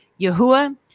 Yahuwah